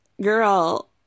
girl